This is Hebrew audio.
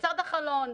לצד החלון,